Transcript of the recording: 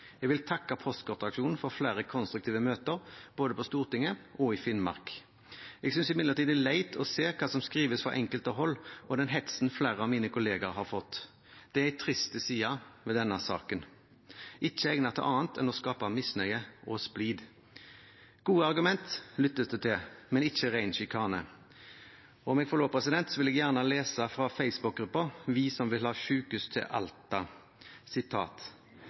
Jeg vil takke postkortaksjonen for flere konstruktive møter både på Stortinget og i Finnmark. Jeg synes imidlertid det er leit å se hva som skrives fra enkelte hold, og den hetsen flere av mine kollegaer har fått. Det er en trist side ved denne saken, ikke egnet til annet enn å skape misnøye og splid. Gode argumenter lyttes det til, men ikke ren sjikane. Om jeg får lov, vil jeg gjerne lese fra Facebook-gruppa Vi som ønsker sykehus til Alta: